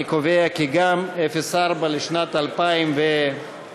אני קובע כי גם סעיף 04 לשנת 2018 אושר,